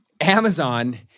Amazon